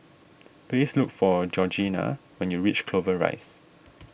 please look for Georgeanna when you reach Clover Rise